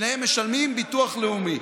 שניהם משלמים ביטוח לאומי.